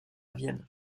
vienne